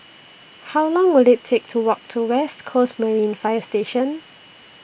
How Long Will IT Take to Walk to West Coast Marine Fire Station